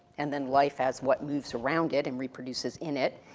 and then life as what we've surrounded and reproduces in it,